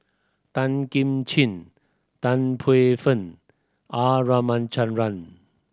Tan Kim Ching Tan Paey Fern R Ramachandran